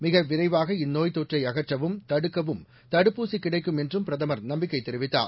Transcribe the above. மிக விரைவாக இந்நோய்த் தொற்றை அகற்றவும் தடுக்கவும் தடுப்பூசி கிடைக்கும் என்றும் பிரதமர் நம்பிக்கை தெரிவித்தார்